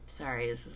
Sorry